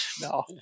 No